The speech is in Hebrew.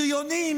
בריונים,